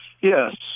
Yes